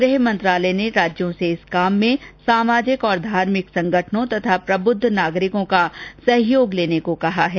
गृह मंत्रालय ने राज्यों से इस काम में सामाजिक और धार्मिक संगठनों तथा प्रबुद्ध नागरिकों का सहयोग लेने को कहा है